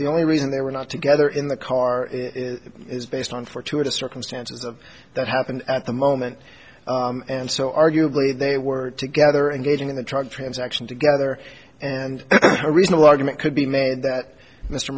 the only reason they were not together in the car is based on for two or the circumstances that happened at the moment and so arguably they were together and getting in the truck transaction together and a reasonable argument could be made that mr